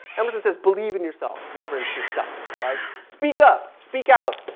emerson says believe in yourself, reverence yourself, right. speak up, speak out.